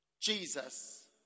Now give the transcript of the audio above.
Jesus